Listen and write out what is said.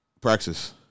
Praxis